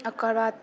ओकरबाद